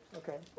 okay